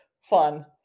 Fun